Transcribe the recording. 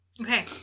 Okay